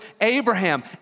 Abraham